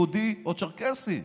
יהודי או צ'רקסי.